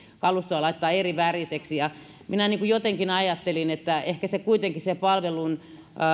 kalustoa laittaa eriväriseksi minä jotenkin ajattelin että ehkä kuitenkin palvelun